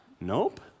Nope